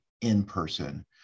in-person